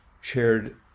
shared